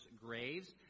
graves